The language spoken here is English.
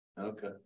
Okay